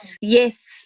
yes